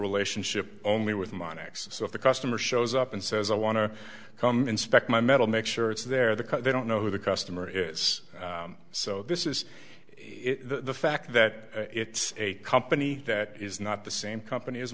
relationship only with monica so if the customer shows up and says i want to come inspect my metal make sure it's there the cut they don't know who the customer is so this is the fact that it's a company that is not the same company as